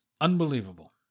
unbelievable